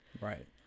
right